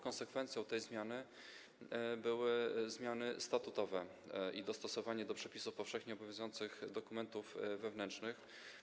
Konsekwencją tej zmiany były zmiany statutowe i dostosowanie do przepisów powszechnie obowiązujących dokumentów wewnętrznych.